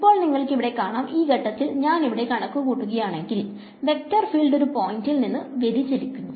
ഇപ്പോൾ നിങ്ങൾക്ക് ഇവിടെ കാണാം ഈ ഘട്ടത്തിൽ ഞാൻ ഇവിടെ കണക്കുകൂട്ടുകയാണെങ്കിൽ വെക്റ്റർ ഫീൽഡ് ഒരു പോയിന്റിൽ നിന്ന് വ്യതിചലിക്കുന്നു